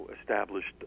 established